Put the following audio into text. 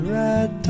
red